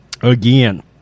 again